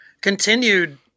continued